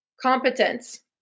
Competence